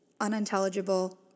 unintelligible